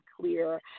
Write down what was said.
clear